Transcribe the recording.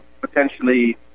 potentially